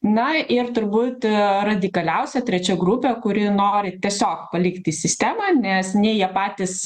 na ir turbūt radikaliausia trečia grupė kuri nori tiesiog palikti sistemą nes nei jie patys